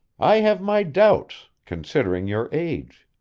i have my doubts, considering your age.